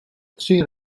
tři